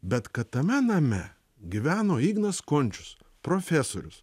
bet kad tame name gyveno ignas končius profesorius